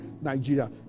Nigeria